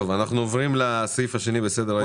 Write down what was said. אנחנו עוברים לסעיף השני בסדר היום.